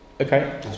Okay